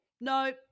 no